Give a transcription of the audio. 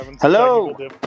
Hello